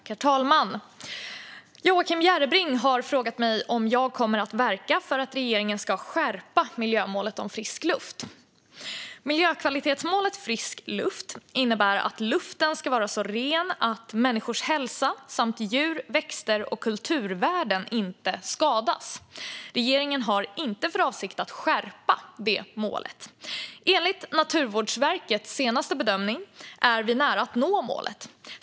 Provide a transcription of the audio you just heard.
Herr talman! Joakim Järrebring har frågat mig om jag kommer att verka för att regeringen ska skärpa miljömålet om frisk luft. Miljökvalitetsmålet Frisk luft innebär att luften ska vara så ren att människors hälsa samt djur, växter och kulturvärden inte skadas. Regeringen har inte för avsikt att skärpa det målet. Enligt Naturvårdsverkets senaste bedömning är vi nära att nå målet.